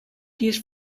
used